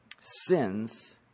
sins